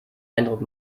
eindruck